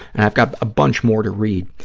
and i've got a bunch more to read,